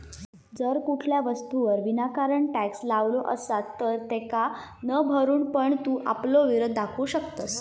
जर कुठल्या वस्तूवर विनाकारण टॅक्स लावलो असात तर तेका न भरून पण तू आपलो विरोध दाखवू शकतंस